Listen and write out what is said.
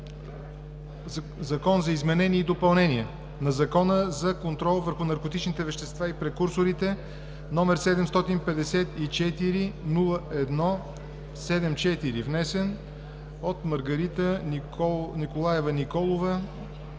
Закон за изменение и допълнение на Закона за контрол върху наркотичните вещества и прекурсорите, № 754-01-74, внесен от Маргарита Николаева Николова